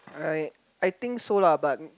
I I think so lah but